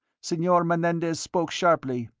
senor menendez spoke sharply,